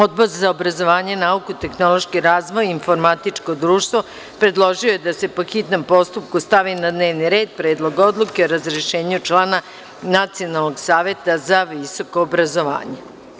Odbor za obrazovanje, nauku, tehnološkirazvoj i informatičko društvo, predložio je da se po hitnom postupku stavi na dnevni red Predlog Odluke o razrešenju člana Nacionalnog saveta za visoko obrazovanje.